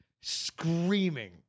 Screaming